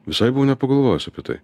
visai buvau nepagalvojęs apie tai